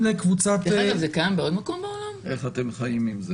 איך אתם חיים עם זה?